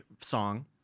song